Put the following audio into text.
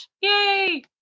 Yay